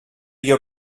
your